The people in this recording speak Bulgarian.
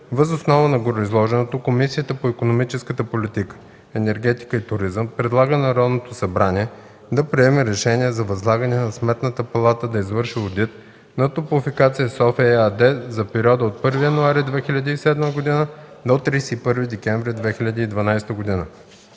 Въз основа на гореизложеното Комисията по икономическата политика, енергетика и туризъм предлага на Народното събрание да приеме Решение за възлагане на Сметната палата да извърши одит на „Топлофикация София“ ЕАД за периода от 1 януари 2007 г. до 31 декември 2012 г.”